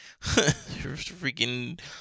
freaking